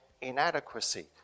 inadequacy